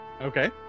Okay